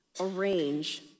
arrange